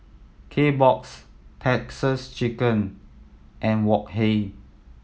Kbox Texas Chicken and Wok Hey